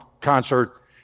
concert